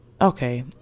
okay